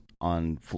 on